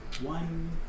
One